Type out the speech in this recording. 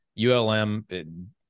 ULM